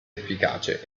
efficace